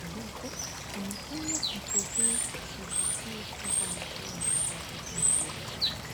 ambapo unafanya mto huu usivutie hata machoni ya wapita njia,